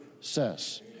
says